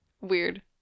Weird